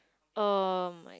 oh my